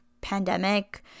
pandemic